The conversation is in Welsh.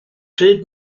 pryd